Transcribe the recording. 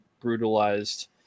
brutalized